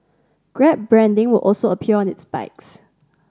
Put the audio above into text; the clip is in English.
grab branding will also appear on its bikes